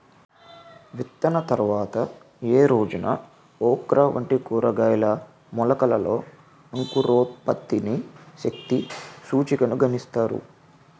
విత్తిన తర్వాత ఏ రోజున ఓక్రా వంటి కూరగాయల మొలకలలో అంకురోత్పత్తి శక్తి సూచికను గణిస్తారు?